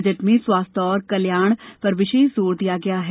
budget में स्वास्थ्य और कल्याण पर विशेष जोर दिया गया है